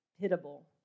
pitiable